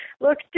look